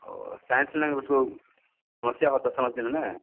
और साइंस में उसको समस्या हो तो समझते ना